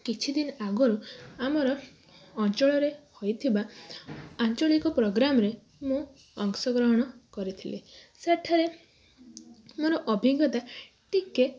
କିଛି ଦିନ ଆଗରୁ ଆମର ଅଞ୍ଚଳରେ ହୋଇଥିବା ଆଞ୍ଚଳିକ ପ୍ରୋଗ୍ରାମରେ ମୁଁ ଅଂଶଗ୍ରହଣ କରିଥିଲି ସେଠାରେ ମୋର ଅଭିଜ୍ଞତା ଟିକେ